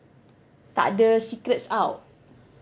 tak ada secrets out